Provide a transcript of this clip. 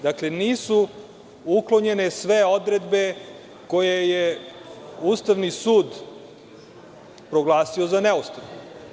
Dakle, nisu uklonjene sve odredbe koje je Ustavni sud proglasio za neustavne.